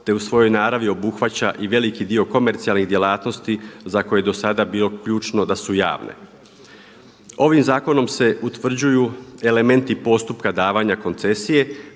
te u svojoj naravi obuhvaća i veliki dio komercijalnih djelatnosti za koje je dosada bilo ključno da su javne. Ovim zakonom se utvrđuju elementi postupka davanja koncesije